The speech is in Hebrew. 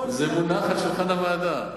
זה מונח על שולחן הוועדה.